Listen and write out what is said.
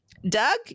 Doug